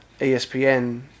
ESPN